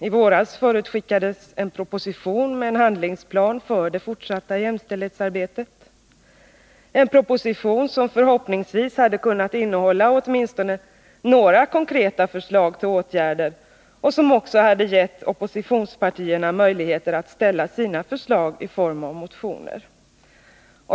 I våras förutskickades en proposition med en handlingsplan för det fortsatta jämställdhetsarbetet — en proposition som förhoppningsvis hade kunnat innehålla åtminstone några konkreta förslag till åtgärder och som också hade gett oppositionspartierna möjligheter att framställa sina förslag i form av motioner.